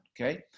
okay